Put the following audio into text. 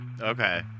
Okay